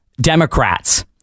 Democrats